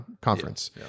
conference